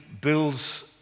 builds